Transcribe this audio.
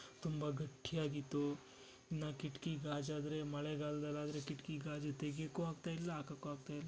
ತುಂಬ ಗಟ್ಟಿಯಾಗಿತ್ತು ಇನ್ನು ಕಿಟಕಿ ಗಾಜಾದರೆ ಮಳೆಗಾಲದಲ್ಲಾದ್ರೆ ಕಿಟಕಿ ಗಾಜು ತೆಗೆಯಕ್ಕೂ ಆಗ್ತಾಯಿಲ್ಲ ಹಾಕಕ್ಕೂ ಆಗ್ತಾಯಿಲ್ಲ